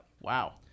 Wow